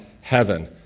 heaven